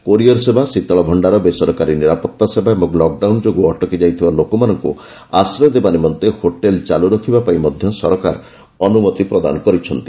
courier ସେବା ଶୀତଳଭଣ୍ଡାର ବେସରକାରୀ ନିରାପତ୍ତା ସେବା ଏବଂ ଲକ୍ଡାଉନ୍ ଯୋଗୁଁ ଅଟକି ଯାଇଥିବା ଲୋକମାନଙ୍କୁ ଆଶ୍ରୟ ଦେବା ନିମନ୍ତେ ହୋଟେଲ୍ ଚାଲୁ ରଖିବାପାଇଁ ମଧ୍ୟ ସରକାର ଅନୁମତି ପ୍ରଦାନ କରିଛନ୍ତି